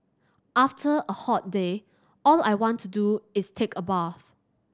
after a hot day all I want to do is take a bath